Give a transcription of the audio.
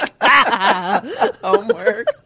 Homework